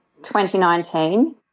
2019